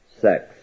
sex